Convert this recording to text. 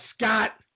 Scott